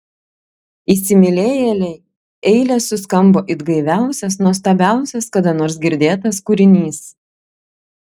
įsimylėjėlei eilės suskambo it gaiviausias nuostabiausias kada nors girdėtas kūrinys